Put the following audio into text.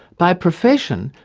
by profession,